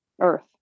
Earth